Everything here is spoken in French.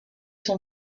son